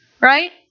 right